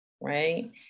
right